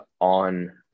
on